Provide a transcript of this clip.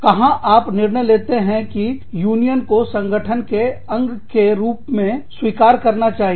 कहां आप निर्णय लेते हो कि यूनियन को संगठन के अंग के रूप में स्वीकार करना चाहिए